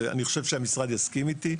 ואני חושב שהמשרד יסכים איתי.